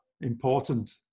important